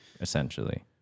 essentially